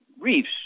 reefs